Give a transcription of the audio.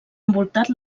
envoltat